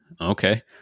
Okay